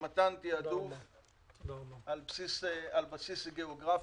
למתן תעדוף על בסיס גיאוגרפי.